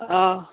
অঁ